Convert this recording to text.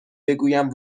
بگویم